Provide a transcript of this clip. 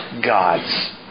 gods